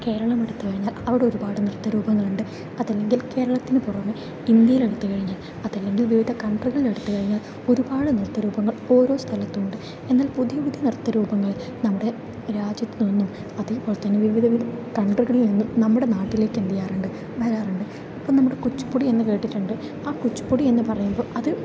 കേരളമെടുത്തു കഴിഞ്ഞാൽ അവിടെ ഒരുപാട് നൃത്ത രൂപങ്ങളുണ്ട് അതല്ലെങ്കിൽ കേരളത്തിന് പുറമെ ഇന്ത്യയിലെടുത്തു കഴിഞ്ഞാൽ അതല്ലെങ്കിൽ വിവിധ കൺട്രികളിൽ എടുത്തു കഴിഞ്ഞാൽ ഒരുപാട് നൃത്തരൂപങ്ങൾ ഓരോ സ്ഥലത്തുമുണ്ട് എന്നാൽ പുതിയ പുതിയ നൃത്ത രൂപങ്ങൾ നമ്മുടെ രാജ്യത്തു നിന്നും അതേപോലെത്തന്നെ വിവിധ വിവിധ കൺട്രികളിൽ നിന്നും നമ്മുടെ നാട്ടിലേക്ക് എന്ത് ചെയ്യാറുണ്ട് വരാറുണ്ട് അപ്പോൾ നമ്മുടെ കുച്ചുപ്പുടി എന്ന് കേട്ടിട്ടുണ്ട് ആ കുച്ചുപ്പുടി എന്ന് പറയുമ്പോൾ അത്